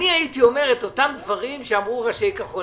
הסעיף הראשון